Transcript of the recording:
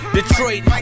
Detroit